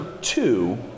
two